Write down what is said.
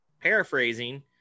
paraphrasing